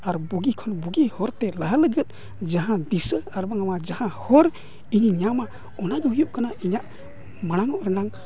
ᱟᱨ ᱵᱩᱜᱤ ᱠᱷᱚᱱ ᱵᱩᱜᱤ ᱦᱚᱨᱛᱮ ᱞᱟᱦᱟᱜ ᱞᱟᱹᱜᱤᱫ ᱡᱟᱦᱟᱸ ᱫᱤᱥᱟᱹ ᱟᱨᱵᱟᱝᱢᱟ ᱡᱟᱦᱟᱸ ᱦᱚᱨ ᱤᱧᱤᱧ ᱧᱟᱢᱟ ᱚᱱᱟ ᱫᱚ ᱦᱩᱭᱩᱜ ᱠᱟᱱᱟ ᱤᱧᱟᱹᱜ ᱢᱟᱲᱟᱝ ᱚᱜ ᱨᱮᱱᱟᱜ